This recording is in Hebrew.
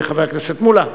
חבר הכנסת מולה.